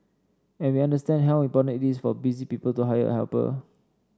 and we understand how important it is for busy people to hire a helper